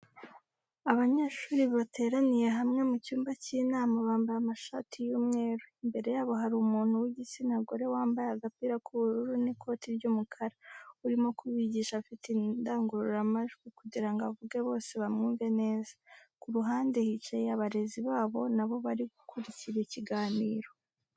Abanyeshuri bateraniye hamwe mu cyumba cy'inama bambaye amashati y'umweru, imbere yabo hari umuntu w'igitsina gore wambaye agapira k'ubururu n'ikoti ry'umukara, urimo kubigisha afite indangururamajwi kugira ngo avuge bose bamwumve neza. Ku ruhande hicaye abarezi babo na bo bari gukurikira ikiganiro.